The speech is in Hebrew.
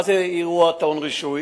מה זה "אירוע טעון רישוי"?